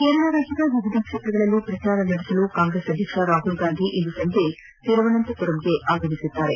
ಕೇರಳ ರಾಜ್ಯದ ವಿವಿಧ ಕ್ಷೇತ್ರಗಳಲ್ಲಿ ಪ್ರಚಾರ ನಡೆಸಲು ಕಾಂಗ್ರೆಸ್ ಅಧ್ಯಕ್ಷ ರಾಹುಲ್ ಗಾಂಧಿ ಇಂದು ಸಂಜೆ ತಿರುವನಂತಪುರಂಗೆ ಆಗಮಿಸಲಿದ್ದಾರೆ